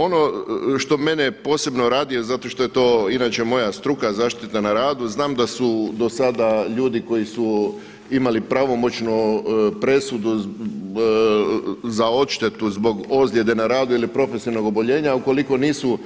Ono što mene posebno raduje zato što je to inače moja struka, zaštita na radu, znam da su do sada ljudi koji su imali pravomoćnu presudu za odštetu zbog ozljede na radu ili profesionalnog oboljenja, ukoliko nisu